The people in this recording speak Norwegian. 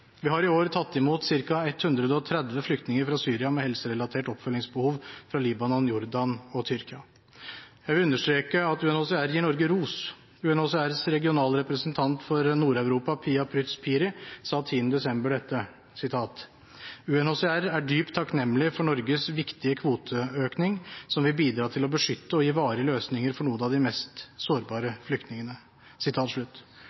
Vi har i år tatt imot ca. 130 flyktninger fra Syria med helserelaterte oppfølgingsbehov fra Libanon, Jordan og Tyrkia. Jeg vil understreke at UNHCR gir Norge ros. UNHCRs regionale representant for Nord-Europa, Pia Prytz Phiri, sa 10. desember dette: UNHCR er dypt takknemlig for Norges viktige kvoteøkning, som vil bidra til å beskytte og gi varige løsninger for noen av de mest sårbare